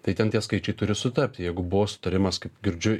tai ten tie skaičiai turi sutapti jeigu buvo sutarimas kaip girdžiu